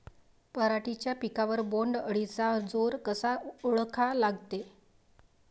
पराटीच्या पिकावर बोण्ड अळीचा जोर कसा ओळखा लागते?